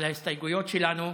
על ההסתייגויות שלנו,